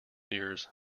years